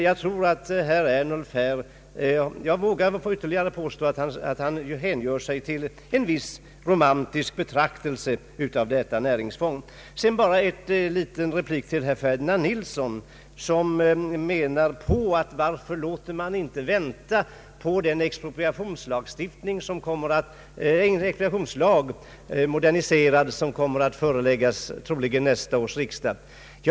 Jag vågar påstå att herr Ernulf här hänger sig åt ett visst romantiskt betraktelsesätt när det gäller detta näringsfång. Sedan bara en liten replik till herr Ferdinand Nilsson som frågar: Varför inte vänta på den expropriationslagstiftning som i moderniserad form troligen kommer att föreläggas nästa års riksdag?